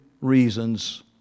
reasons